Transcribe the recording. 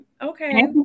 Okay